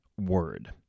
word